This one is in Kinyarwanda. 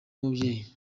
mubyeyi